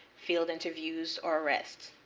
field interviews, or arrests.